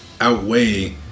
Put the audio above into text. outweigh